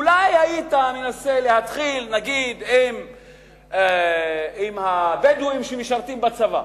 אולי היית מנסה להתחיל עם הבדואים שמשרתים בצבא.